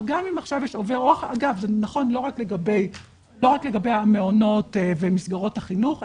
זה נכון לא רק לגבי המעונות ומסגרות החינוך,